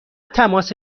تماس